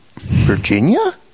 virginia